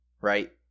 right